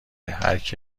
هرکی